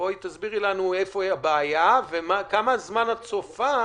תסבירי לנו איפה הבעיה וכמה זמן את צופה